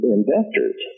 investors